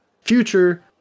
future